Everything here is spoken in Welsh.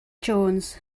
jones